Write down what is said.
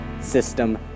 System